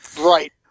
right